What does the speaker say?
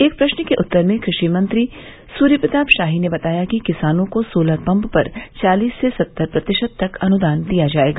एक प्रश्न के उत्तर में कृषि मंत्री सूर्य प्रताप शाही ने बताया कि किसानों को सोलर पम्प पर चालीस से सत्तर प्रतिशत तक अनुदान दिया जायेगा